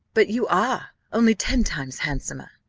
but you are only ten times handsomer.